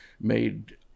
made